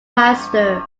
master